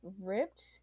Ripped